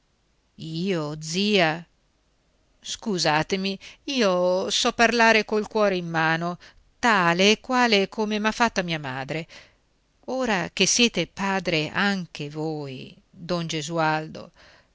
io zia scusatemi io so parlare col cuore in mano tale e quale come m'ha fatta mia madre ora che siete padre anche voi don gesualdo